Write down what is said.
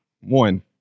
One